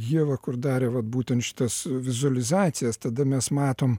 ieva kur darė vat būtent šitas vizualizacijas tada mes matom